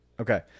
okay